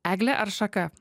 eglė ar šaka